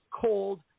cold